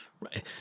Right